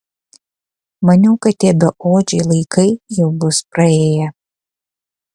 maniau kad tie beodžiai laikai jau bus praėję